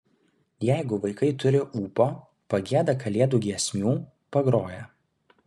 jeigu vaikai turi ūpo pagieda kalėdų giesmių pagroja